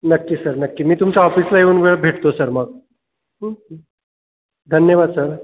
नक्की सर नक्की मी तुमच्या ऑफिसला येऊन उद्या भेटतो सर मग धन्यवाद सर